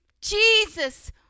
Jesus